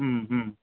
ம் ம்